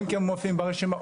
הם כן מופיעים ברשימה,